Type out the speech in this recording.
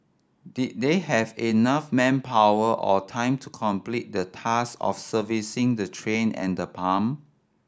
did they have enough manpower or time to complete the task of servicing the train and the pump